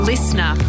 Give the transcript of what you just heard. Listener